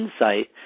Insight